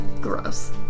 Gross